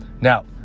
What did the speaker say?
Now